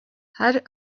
had